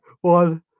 one